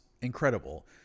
incredible